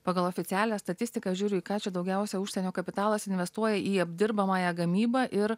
pagal oficialią statistiką žiūriu į ką čia daugiausia užsienio kapitalas investuoja į apdirbamąją gamybą ir